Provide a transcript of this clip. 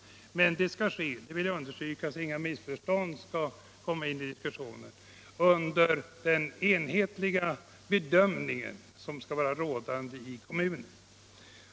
Men detta skall ske — det vill jag understryka så att det inte uppstår några missförstånd i diskussionen — under den enhetliga bedömning som skall vara rådande i kommunerna.